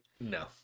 No